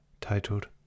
titled